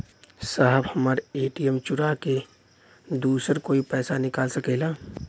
साहब हमार ए.टी.एम चूरा के दूसर कोई पैसा निकाल सकेला?